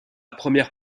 première